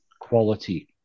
quality